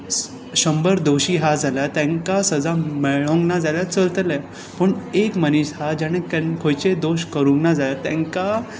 शंबर दोशी आसा जाल्यार तेंका सजा मेळोंक ना जाल्यार चलतलें पूण एक मनीस आसा जाणें खंयचेय दोश करूंक ना जाल्यार तेंकां